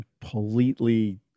completely